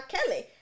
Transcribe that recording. Kelly